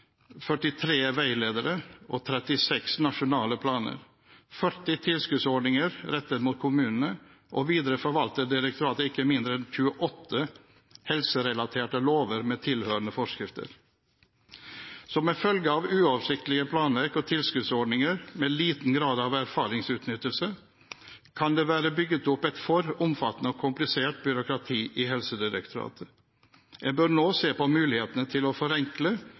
veiledere, 36 nasjonale planer og 40 tilskuddsordninger rettet mot kommunene, og videre forvalter direktoratet ikke mindre enn 28 helserelaterte lover med tilhørende forskrifter. Som en følge av uoversiktlige planverk og tilskuddsordninger, med liten grad av erfaringsutnyttelse, kan det være bygget opp et for omfattende og komplisert byråkrati i Helsedirektoratet. En bør nå se på mulighetene til å forenkle